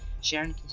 Sharon